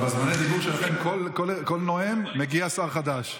בזמני הדיבור שלכם, של כל נואם, מגיע שר חדש.